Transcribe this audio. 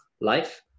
life